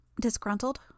Disgruntled